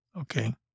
Okay